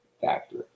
factor